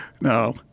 no